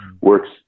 works